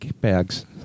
bags